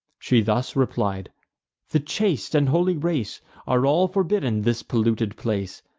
she thus replied the chaste and holy race are all forbidden this polluted place.